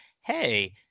hey